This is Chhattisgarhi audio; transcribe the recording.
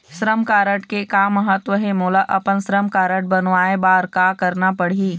श्रम कारड के का महत्व हे, मोला अपन श्रम कारड बनवाए बार का करना पढ़ही?